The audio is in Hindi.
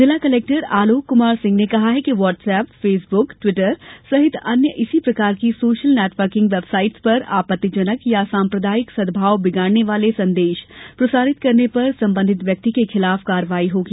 जिला कलेक्टर आलोक कुमार सिंह ने कहा है कि व्हाट्सऐप फेसबुक ट्विटर सहित अन्य इसी प्रकार की सोशल नेटवर्किंग वेबसाइट्स पर आपत्तिजनक या सांप्रदायिक सद्भाव बिगाड़ने वाले संदेश प्रसारित करने पर संबंधित व्यक्ति के खिलाफ कार्रवाई होगी